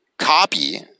copy